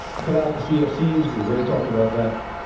cut out the cfcs, we already talked about that.